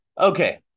Okay